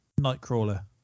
Nightcrawler